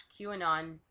QAnon